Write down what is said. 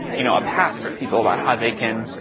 you know, a path for people about, how they can